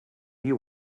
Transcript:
you